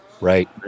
Right